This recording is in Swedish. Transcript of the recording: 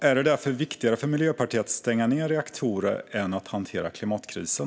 Är det viktigare för Miljöpartiet att stänga reaktorer än att hantera klimatkrisen?